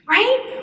right